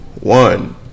one